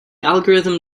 algorithm